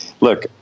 look